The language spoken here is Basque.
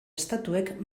estatuek